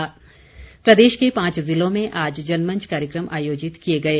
जनमंच प्रदेश के पांच जिलों में आज जनमंच कार्यक्रम आयोजित किए गए